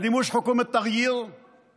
(חוזר על הדברים בערבית.)